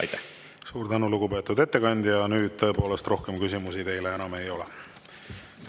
Aivar! Suur tänu, lugupeetud ettekandja! Nüüd tõepoolest rohkem küsimusi teile enam ei ole.